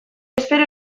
espero